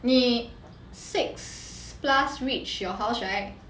你 six plus reach your house right